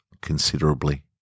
considerably